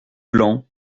blanc